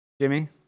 Jimmy